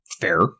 Fair